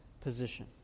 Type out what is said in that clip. position